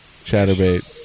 chatterbait